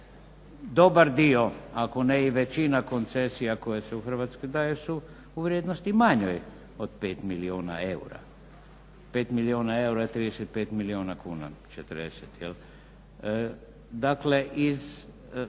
dobar dio ako ne i većina koncesija koje se u Hrvatskoj daju su u vrijednosti manjoj od 5 milijuna eura. 5 milijuna eura je 35 milijuna kuna, 40. Dakle, iz